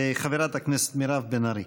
חברת הכנסת מירב בן ארי.